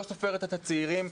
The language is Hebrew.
לא סופרת את הצעירים.